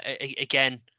Again